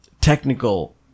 technical